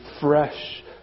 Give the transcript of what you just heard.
fresh